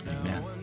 Amen